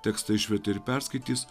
tekstą išvertė ir perskaitys